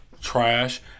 trash